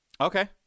Okay